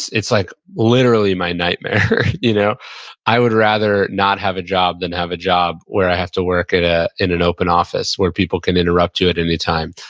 it's like literally my nightmare. you know i would rather not have a job than have a job where i have to work ah in an open office where people can interrupt you at any time.